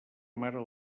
mare